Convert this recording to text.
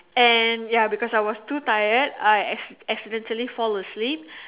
and ya because I was too tired I as accidentally fall asleep